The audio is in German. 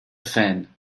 fan